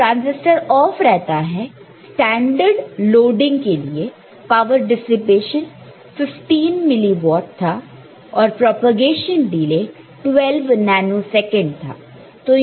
जब transistor off रहता था स्टैंडर्ड लोडिंग के लिए पावर डिसिपेशन 15 मिलीवॉट था और प्रोपेगेशन डिले 12 नैनो सेकंड था